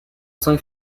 cinq